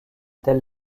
tels